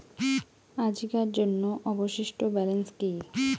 আজিকার জন্য অবশিষ্ট ব্যালেন্স কি?